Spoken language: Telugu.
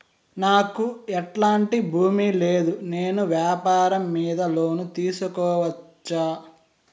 నాకు ఎట్లాంటి భూమి లేదు నేను వ్యాపారం మీద లోను తీసుకోవచ్చా?